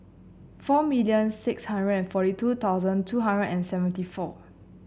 four million six hundred and forty two thousand two hundred and seventy four